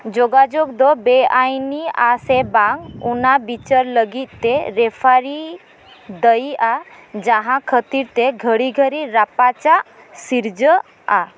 ᱡᱳᱜᱟᱡᱳᱜᱽ ᱫᱚ ᱵᱮᱟᱭᱤᱱᱤᱭᱟ ᱥᱮ ᱵᱟᱝ ᱚᱱᱟ ᱵᱤᱪᱟᱹᱨ ᱞᱟᱹᱜᱤᱫ ᱛᱮ ᱨᱮᱯᱷᱟᱨᱤ ᱫᱟᱭᱤᱜᱼᱟ ᱡᱟᱦᱟᱸ ᱠᱷᱟᱹᱛᱤᱨ ᱛᱮ ᱜᱷᱟᱹᱲᱤ ᱜᱷᱟᱹᱲᱤ ᱨᱟᱯᱟᱪᱟᱜ ᱥᱤᱨᱡᱟᱹᱜᱼᱟ